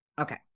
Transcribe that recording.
Okay